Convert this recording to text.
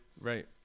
Right